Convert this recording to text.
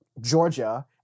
Georgia